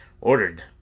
ordered